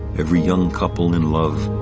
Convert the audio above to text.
every young couple in love.